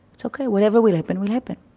it's okay, whatever will happen will happen.